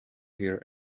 here